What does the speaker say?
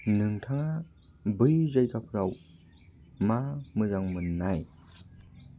नोंथाङा बै जायगाफोराव मा मोजां मोननाय